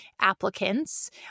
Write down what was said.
applicants